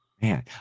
Man